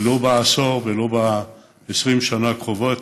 לא בעשור ולא ב-20 השנה הקרובות.